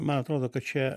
man atrodo kad čia